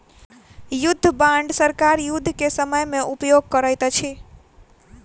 युद्ध बांड सरकार युद्ध के समय में उपयोग करैत अछि